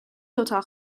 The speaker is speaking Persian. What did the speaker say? اتاق